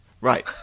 Right